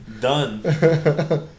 Done